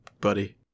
buddy